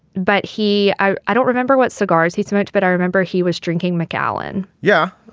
but he i i don't remember what cigars he smoked but i remember he was drinking macallan yeah.